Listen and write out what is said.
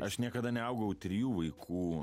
aš niekada neaugau trijų vaikų